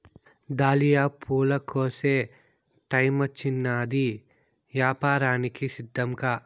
dahlia పూల కోసే టైమొచ్చినాది, యాపారానికి సిద్ధంకా